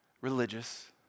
religious